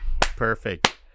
Perfect